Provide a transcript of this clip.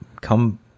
come